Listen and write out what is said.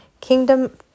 kingdom